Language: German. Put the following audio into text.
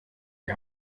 die